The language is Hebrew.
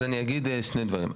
אז אני אגיד שני דברים.